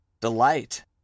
delight